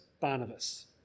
Barnabas